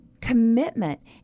commitment